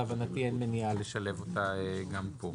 להבנתי אין מניעה לשלב אותה גם פה.